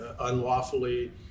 unlawfully